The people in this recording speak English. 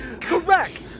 Correct